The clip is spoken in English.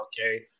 okay